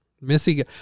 Missy